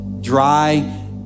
dry